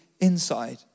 inside